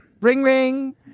Ring-ring